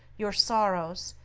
your sorrows,